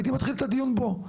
הייתי מתחיל את הדיון בו.